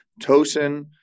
Tosin